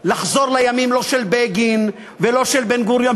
לחזור לימים של בגין ושל בן-גוריון.